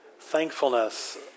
thankfulness